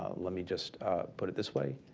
ah let me just put it this way,